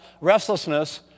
restlessness